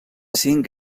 cinc